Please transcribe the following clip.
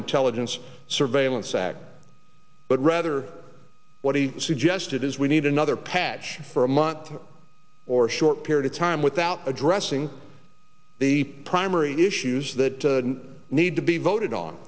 intelligence surveillance act but rather what he suggested is we need another patch for a month or a short period of time without addressing the primary issues that need to be voted on